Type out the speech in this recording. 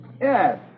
Yes